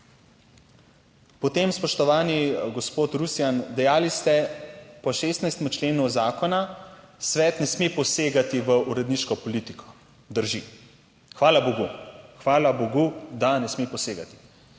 Dalje, spoštovani gospod Rusjan, dejali ste, po 16. členu zakona svet ne sme posegati v uredniško politiko. Drži? Hvala bogu! Hvala bogu, da ne sme posegati,